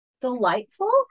delightful